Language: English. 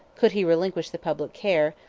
could he relinquish the public care,